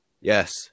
Yes